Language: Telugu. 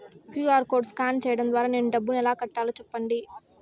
క్యు.ఆర్ కోడ్ స్కాన్ సేయడం ద్వారా నేను డబ్బును ఎలా కట్టాలో సెప్పండి?